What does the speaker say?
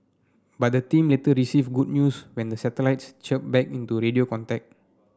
but the team later received good news when the satellites chirped back into radio contact